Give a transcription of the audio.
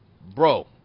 bro